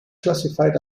classified